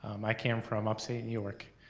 um i came from upstate new york.